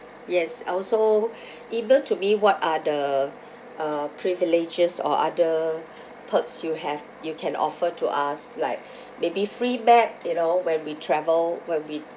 yes ah also email to me what are the uh privileges or other perks you have you can offer to us like maybe free bag you know when we travel when we